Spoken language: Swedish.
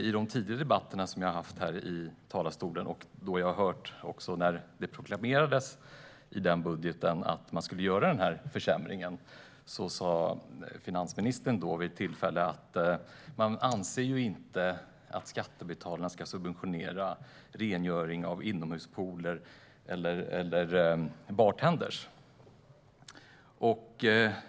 I de tidigare debatter vi har haft här liksom när man i budgeten proklamerade att man skulle göra denna försämring har finansministern sagt att man inte anser att skattebetalarna ska subventionera rengöring av inomhuspooler eller anställning av bartendrar.